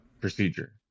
procedure